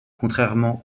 contrairement